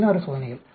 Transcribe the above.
16 சோதனைகள்